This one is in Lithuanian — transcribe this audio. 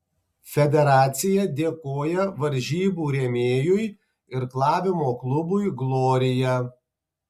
federacija dėkoja varžybų rėmėjui irklavimo klubui glorija